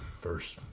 first